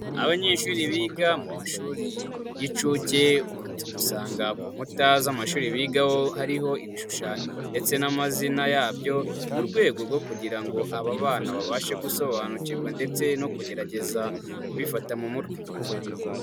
Abanyeshuri biga mu mashuri y'inshuke, ukunze gusanga ku nkuta z'amashuri bigaho hariho ibishushanyo ndetse n'amazina yabyo, mu rwego rwo kugira ngo aba bana babashe gusobanukirwa ndetse no kugerageza kubifata mu mutwe.